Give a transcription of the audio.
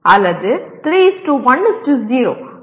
அல்லது 3 1 0 அல்லது 4 0 0